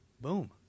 Boom